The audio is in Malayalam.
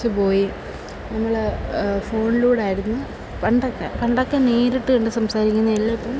പോയി നമ്മള് ഫോണിലൂടെയായിരുന്നു പണ്ടൊക്കെ പണ്ടൊക്കെ നേരിട്ട് കണ്ട് സംസാരിക്കുന്നതെല്ലാം ഇപ്പം